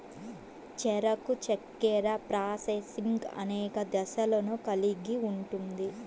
చెరకు చక్కెర ప్రాసెసింగ్ అనేక దశలను కలిగి ఉంటుంది